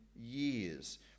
years